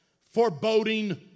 foreboding